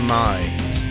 mind